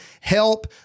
help